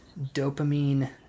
dopamine